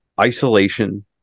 isolation